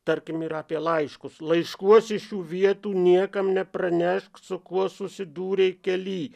tarkim ir apie laiškus laiškuose šių vietų niekam nepranešk su kuo susidūrei kely